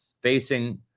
facing